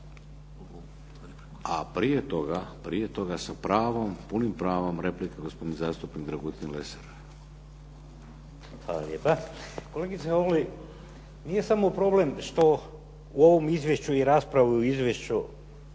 A prije toga sa pravom, punim pravom, replika gospodin zastupnik Dragutin Lesar. **Lesar, Dragutin (Nezavisni)** Hvala lijepa. Kolegice Holy, nije samo problem što u ovom izvješću i raspravi o izvješću